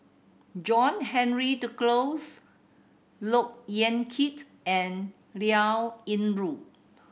John Henry Duclos Look Yan Kit and Liao Yingru